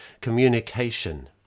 communication